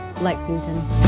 Lexington